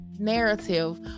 narrative